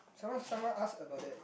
someone someone asked about that